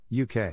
UK